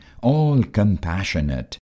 all-compassionate